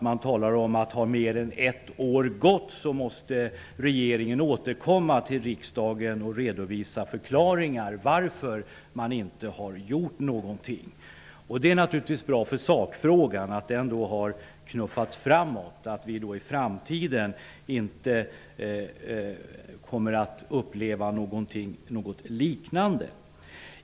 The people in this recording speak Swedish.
Man talar om att om mer än ett år har gått måste regeringen återkomma till riksdagen och redovisa förklaringar till varför man inte har gjort någonting. Det är naturligtvis bra för sakfrågan att den har knuffats framåt, att vi i framtiden inte kommer att uppleva någonting liknande.